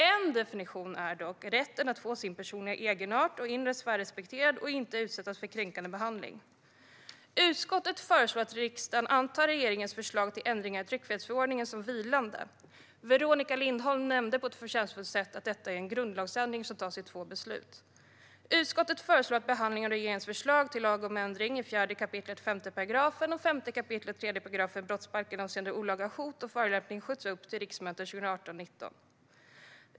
En definition är dock rätten att få sin personliga egenart och inre sfär respekterad och att inte utsättas för kränkande behandling. Utskottet föreslår att riksdagen antar regeringens förslag till ändringar i tryckfrihetsförordningen som vilande. Veronica Lindholm nämnde på ett förtjänstfullt sätt att detta är en grundlagsändring som kräver två beslut. Utskottet föreslår att behandlingen av regeringens förslag till lag om ändring i 4 kap. 5 § och 5 kap. 3 § brottsbalken avseende olaga hot och förolämpning skjuts upp till riksmötet 2018/19.